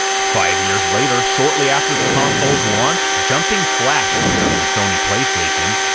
five years later, shortly after the console's launch, jumping flash appeared on the sony playstation,